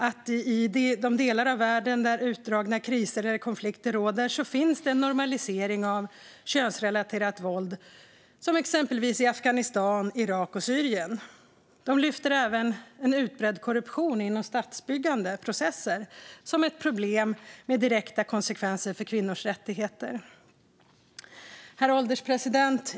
I de delar av världen där utdragna kriser eller konflikter råder finns det en normalisering av könsrelaterat våld - så är det exempelvis i Afghanistan, Irak och Syrien. De lyfter även en utbredd korruption inom statsbyggande processer som ett problem med direkta konsekvenser för kvinnors rättigheter. Herr ålderspresident!